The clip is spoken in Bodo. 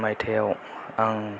माइथायाव आं